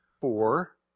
four